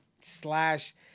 slash